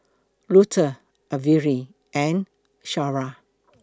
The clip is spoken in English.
Luther Averi and Shara